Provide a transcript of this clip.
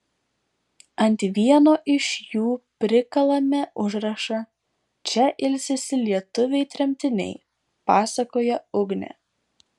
ant vieno iš jų prikalame užrašą čia ilsisi lietuviai tremtiniai pasakoja ugnė